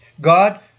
God